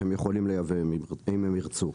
הם יכולים לייבא אם הם ירצו.